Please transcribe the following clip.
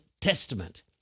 Testament